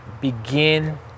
begin